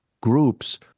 groups